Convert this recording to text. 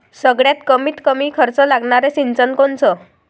सगळ्यात कमीत कमी खर्च लागनारं सिंचन कोनचं?